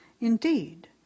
Indeed